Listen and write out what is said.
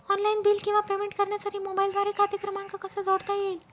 Online bill किंवा payment करण्यासाठी मोबाईलद्वारे खाते क्रमांक कसा जोडता येईल?